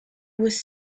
was